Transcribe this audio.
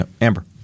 Amber